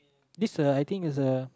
this a I think is a